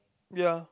ya